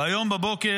והיום בבוקר,